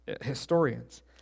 historians